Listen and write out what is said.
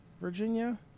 Virginia